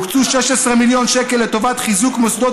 הוקצו 16 מיליון שקל לטובת חיזוק מוסדות